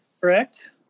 correct